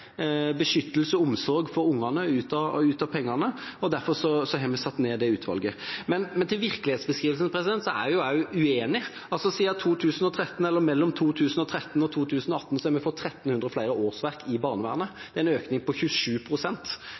beskyttelse og omsorg for ungene for pengene. Derfor har vi satt ned det utvalget. Men når det gjelder virkelighetsbeskrivelsen, er jeg uenig. Siden 2013, eller mellom 2013 og 2018, har vi fått 1 300 flere årsverk i barnevernet. Det er en økning på